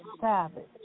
savage